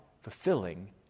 fulfilling